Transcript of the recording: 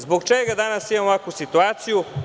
Zbog čega danas imamo ovakvu situaciju?